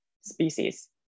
species